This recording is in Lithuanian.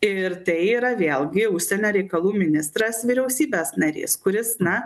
ir tai yra vėlgi užsienio reikalų ministras vyriausybės narys kuris na